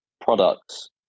products